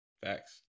Facts